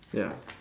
ya